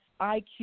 IQ